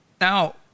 Now